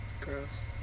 Gross